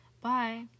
Bye